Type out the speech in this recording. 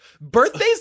Birthdays